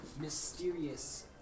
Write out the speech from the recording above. mysterious